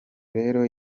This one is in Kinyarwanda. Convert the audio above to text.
rero